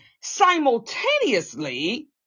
simultaneously